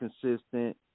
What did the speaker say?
consistent